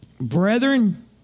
Brethren